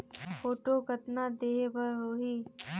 Photo कतना देहें बर होहि?